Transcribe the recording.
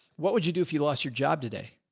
what would you do if you lost your job today?